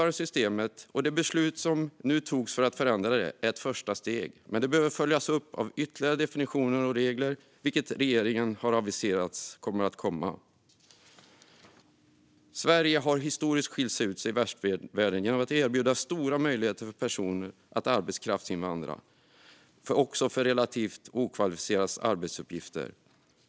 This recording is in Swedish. Det beslut som nu togs för att förändra det nuvarande systemet är ett första steg, men det behöver följas upp av ytterligare definitioner och regler, vilket regeringen aviserat kommer att komma. Sverige har historiskt skilt ut sig i västvärlden genom att erbjuda stora möjligheter för personer att arbetskraftsinvandra också för att utföra relativt okvalificerade arbetsuppgifter.